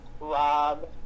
Rob